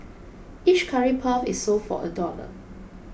each curry puff is sold for a dollar